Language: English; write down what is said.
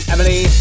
Emily